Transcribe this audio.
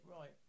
right